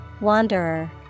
Wanderer